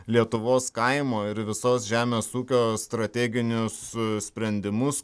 lietuvos kaimo ir visos žemės ūkio strateginius sprendimus